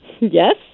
Yes